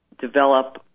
develop